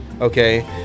Okay